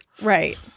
Right